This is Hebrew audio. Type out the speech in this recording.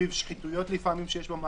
סביב שחיתויות שיש לפעמים במערכת,